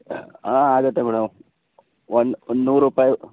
ಆಗತ್ತೆ ಮೇಡಮ್ ಒಂದು ಒಂದು ನೂರು ರೂಪಾಯಿ